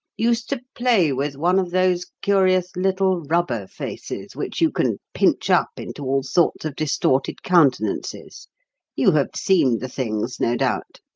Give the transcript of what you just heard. used to play with one of those curious little rubber faces which you can pinch up into all sorts of distorted countenances you have seen the things, no doubt.